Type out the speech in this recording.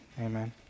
amen